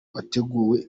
wateguye